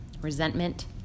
resentment